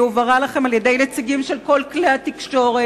היא הובהרה לכם על-ידי נציגים של כל כלי התקשורת.